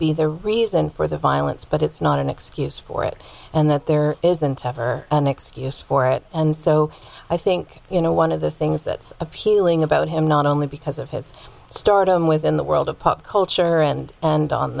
be the reason for the violence but it's not an excuse for it and that there isn't ever an excuse for it and so i think you know one of the things that's appealing about him not only because of his stardom within the world of pop culture and and on